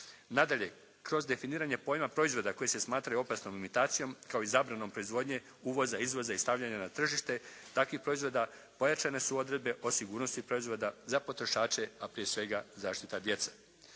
Nadalje. Kroz definiranje pojma proizvoda koji se smatraju opasnom imitacijom kao i zabranom proizvodnje, uvoza i izvoza i stavljanja na tržište takvih proizvoda pojačane su odredbe o sigurnosti proizvoda za potrošače a prije svega zaštita djece.